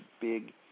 big